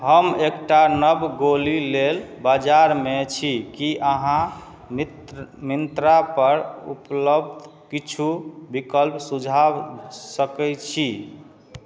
हम एकटा नव गोली लेल बाजारमे छी की अहाँ मित्र मिन्त्रापर उपलब्ध किछु विकल्प सुझा सकय छी